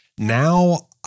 Now